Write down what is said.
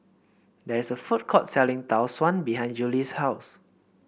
there is a food court selling Tau Suan behind Julie's house